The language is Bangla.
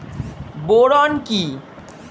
বোরন কি?